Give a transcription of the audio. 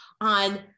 on